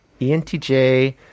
ENTJ